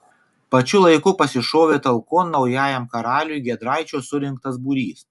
pačiu laiku pasišovė talkon naujajam karaliui giedraičio surinktas būrys